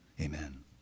Amen